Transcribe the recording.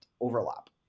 overlap